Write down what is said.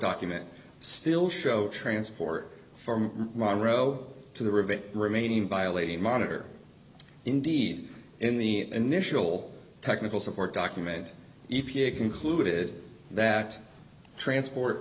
document still show transport from monro to the rivet remaining violating monitor indeed in the initial technical support document e p a concluded that transport